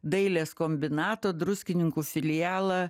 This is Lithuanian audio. dailės kombinato druskininkų filialą